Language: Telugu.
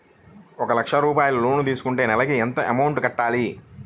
ఒక లక్ష రూపాయిలు లోన్ తీసుకుంటే నెలకి ఎంత అమౌంట్ కట్టాలి?